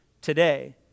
today